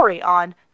On